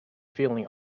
feeling